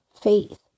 faith